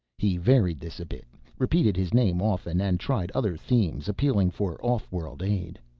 he varied this a bit, repeated his name often, and tried other themes appealing for off-world aid.